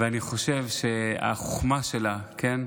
ואני חושב שהחוכמה שלה, כן,